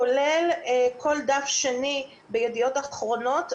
כולל כל דף שני בידיעות אחרונות,